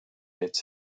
its